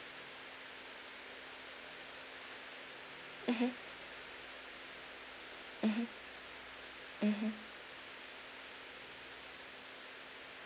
mmhmm mmhmm mmhmm